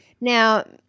Now